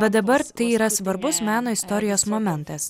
bet dabar tai yra svarbus meno istorijos momentas